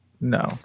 no